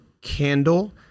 candle